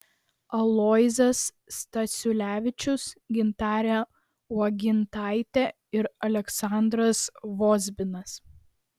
aloyzas stasiulevičius gintarė uogintaitė ir aleksandras vozbinas